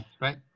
Right